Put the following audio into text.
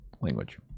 language